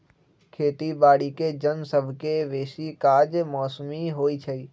खेती बाड़ीके जन सभके बेशी काज मौसमी होइ छइ